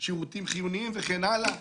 שירותים חיוניים וכן הלאה.